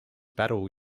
battle